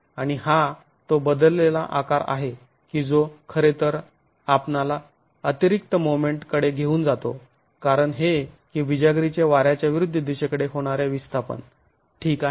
आणि हा तो बदललेला आकार आहे की जो खरे तर आपणाला अतिरिक्त मोमेंट कडे घेऊन जातो कारण हे कि बिजागरीचे वाऱ्याच्या विरुद्ध दिशेकडे होणारे विस्थापन ठीक आहे